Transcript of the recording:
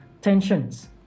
tensions